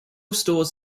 stores